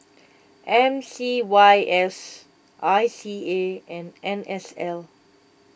M C Y S I C A and N S L